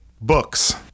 books